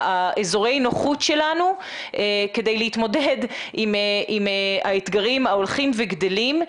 אזורי הנוחות שלנו כדי להתמודד עם האתגרים ההולכים וגדלים,